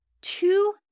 Two